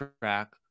track